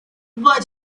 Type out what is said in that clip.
why